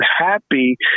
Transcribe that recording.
happy